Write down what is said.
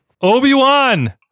Obi-Wan